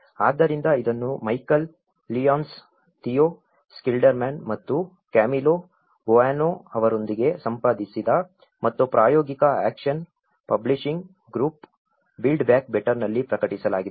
ಆದ್ದರಿಂದ ಇದನ್ನು Michael Lyons Theo Schilderman ಮತ್ತು ಕ್ಯಾಮಿಲೊ ಬೊನೊ ಅವರೊಂದಿಗೆ ಸಂಪಾದಿಸಿದ ಮತ್ತು ಪ್ರಾಯೋಗಿಕ Action Publishing Group Built Back ಬೆಟರ್ನಲ್ಲಿ ಪ್ರಕಟಿಸಲಾಗಿದೆ